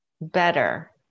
better